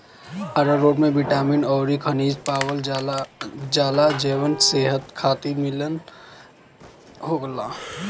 आरारोट में बिटामिन अउरी खनिज पावल जाला जवन सेहत खातिर निमन होला